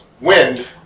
wind